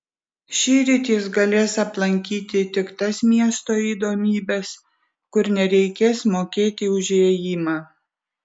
šįryt jis galės aplankyti tik tas miesto įdomybes kur nereikės mokėti už įėjimą